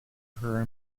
her